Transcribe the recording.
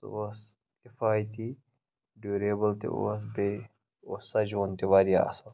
سُہ اوس کِفایتی ڈیوٗریبٕل تہِ اوس بیٚیہِ اوس سَجوُن تہِ واریاہ اَصٕل